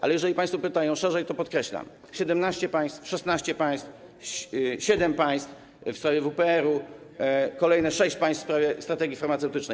Ale jeżeli państwo pytają szerzej, to podkreślam: 17 państw, 16 państw, siedem państw w sprawie WPR, kolejne sześć państw w sprawie strategii farmaceutycznej.